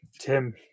Tim